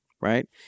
Right